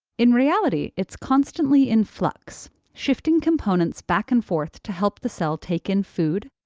in reality, it's constantly in flux, shifting components back and forth to help the cell take in food,